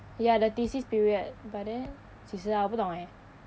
ya the thesis period but then 几时啊我不懂 eh